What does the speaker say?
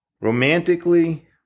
Romantically